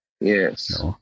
Yes